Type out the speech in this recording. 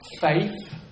faith